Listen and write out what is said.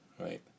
Right